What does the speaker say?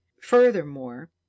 furthermore